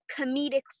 comedic